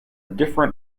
different